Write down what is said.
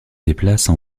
déplacent